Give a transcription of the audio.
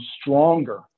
stronger